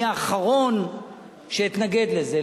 אני האחרון שאתנגד לזה.